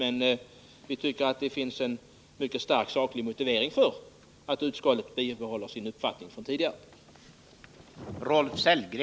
Utskottet tycker att det finns en mycket stark saklig motivering för att bibehålla sin uppfattning från tidigare.